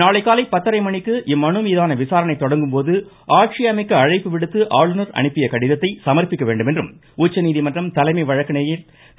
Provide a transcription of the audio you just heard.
நாளை காலை பத்தரை மணிக்கு இம்மனு மீதான விசாரணை தொடங்கும் போது ஆட்சியமைக்க அழைப்பு விடுத்து ஆளுநர் அனுப்பிய கடிதங்களை சமாப்பிக்க வேண்டும் என்றும் உச்சநீதிமன்றம் தலைமை வழக்கறிஞர் திரு